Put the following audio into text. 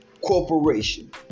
Corporation